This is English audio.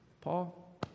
paul